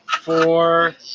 four